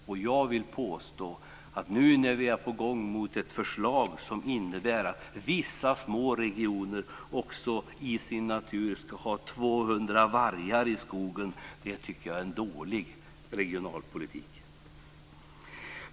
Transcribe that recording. Och jag vill påstå att nu när vi är på gång att få ett förslag som innebär att vissa små regioner i sin natur också ska ha 200 vargar i skogen, så tycker jag att det är en dålig regionalpolitik.